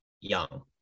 young